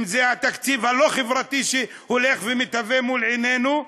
אם התקציב הלא-חברתי שהולך ומתהווה מול עינינו,